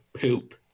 poop